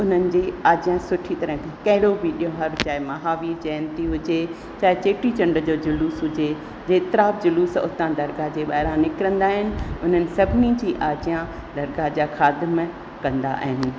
उन्हनि जी आज्या सुठी तरह कहिड़ो बि त्योहार चाहे महावीर जयंती हुजे चाहे चेटीचंड जो जुलूस हुजे जेतिरा जुलूस उतां दर्गा जे ॿाहिरा निकिरंदा आहिनि उन्हनि सभिनी जी आज्या दर्गा जा खाध में कंदा आहिनि